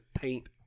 paint